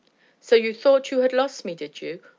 so you thought you had lost me, did you,